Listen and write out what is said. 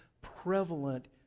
prevalent